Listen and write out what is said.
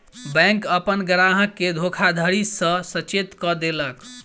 bank अपन ग्राहक के धोखाधड़ी सॅ सचेत कअ देलक